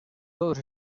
todos